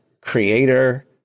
creator